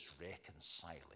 reconciling